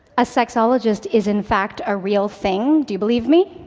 a sexologist is, in fact, a real thing. do believe me?